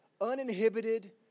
uninhibited